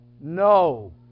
no